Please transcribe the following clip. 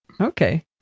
Okay